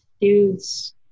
dudes